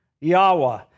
Yahweh